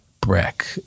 brick